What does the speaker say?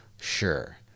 Sure